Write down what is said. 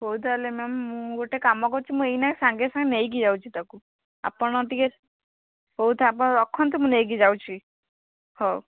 ହଉ ତାହେଲେ ମ୍ୟାମ୍ ମୁଁ ଗୋଟେ କାମ କରୁଛି ମୁଁ ଏଇନା ସାଙ୍ଗେସାଙ୍ଗେ ନେଇକି ଯାଉଛି ତାକୁ ଆପଣ ଟିକେ ହଉ ତାହାଲେ ଆପଣ ରଖନ୍ତୁ ମୁଁ ନେଇକି ଯାଉଛି ହଉ